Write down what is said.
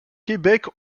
québec